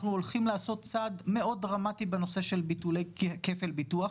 אנחנו הולכים לעשות צעד מאוד דרמטי בנושא של ביטולי כפל ביטוח,